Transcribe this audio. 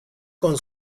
con